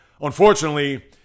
unfortunately